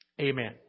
Amen